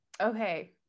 Okay